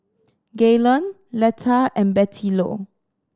Gaylen Letta and Bettylou